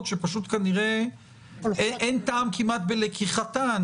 שפשוט כנראה אין טעם כמעט בלקיחתן